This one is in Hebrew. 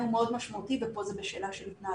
הוא מאוד משמעותי ופה זה בשאלה של התנהלות.